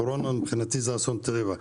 קורונה מבחינתי זה אסון טבע,